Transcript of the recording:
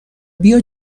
بیا